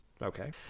Okay